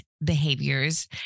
behaviors